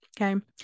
Okay